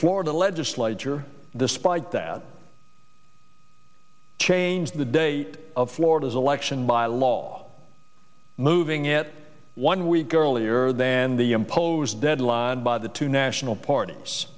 florida legislature despite that changed the date of florida's election by law moving it one week earlier than the imposed deadline by the two national parties